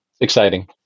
exciting